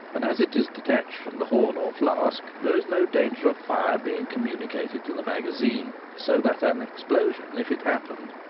and as it is detached from the horn or flask there is no danger of fire being communicated to the magazine so that an explosion, if it happened,